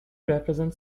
represents